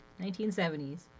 1970s